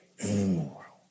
anymore